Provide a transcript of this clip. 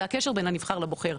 זה הקשר בין הנבחר לבוחר,